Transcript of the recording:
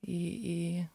į į